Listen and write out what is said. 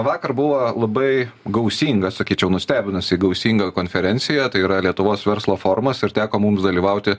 vakar buvo labai gausinga sakyčiau nustebinusi gausinga konferencija tai yra lietuvos verslo forumas ir teko mums dalyvauti